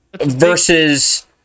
Versus